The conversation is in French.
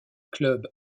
club